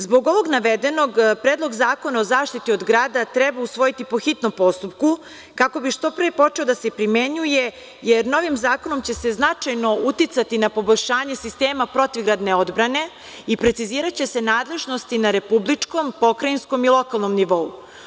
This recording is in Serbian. Zbog ovog navedenog Predlog zakona o zaštiti od grada treba usvojiti po hitnom postupku, kako bi što pre počeo da se primenjuje, jer novim zakonom će se značajno uticati na poboljšanje sistema protivgradne odbrane i preciziraće se nadležnosti na republičkom, pokrajinskom i lokalnom nivou.